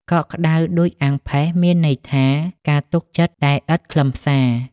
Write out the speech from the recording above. កក់ក្តៅដូចអាំងផេះ មានន័យថា ការទុកចិត្ត ដែលឥតខ្លឹមសារ ។